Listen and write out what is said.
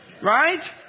Right